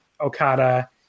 Okada